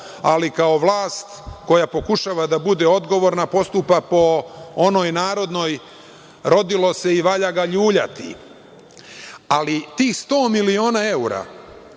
ali kao vlast koja pokušava da bude odgovorna postupa po onoj narodnoj – rodilo se i valja ga ljuljati. Ali, tih 100 miliona evra,